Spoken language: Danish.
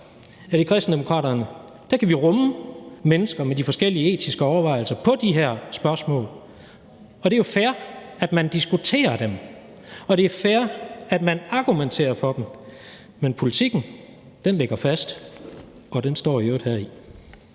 i Kristendemokraterne kan rumme mennesker med de forskellige etiske overvejelser i forhold til de her spørgsmål. Det er jo fair, at man diskuterer dem, og det er fair, at man argumenterer for dem, men politikken ligger fast, og den står i øvrigt heri.